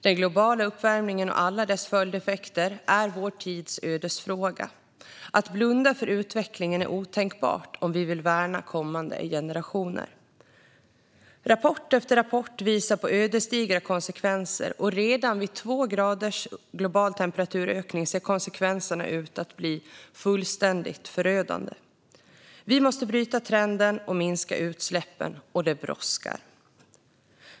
Den globala uppvärmningen och alla dess följdeffekter är vår tids ödesfråga. Att blunda för utvecklingen är otänkbart om vi vill värna kommande generationer. Rapport efter rapport visar på ödesdigra konsekvenser, och redan vid två graders global temperaturökning ser konsekvenserna ut att bli fullständigt förödande. Vi måste bryta trenden och minska utsläppen - och det brådskar.